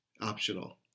optional